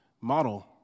model